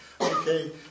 Okay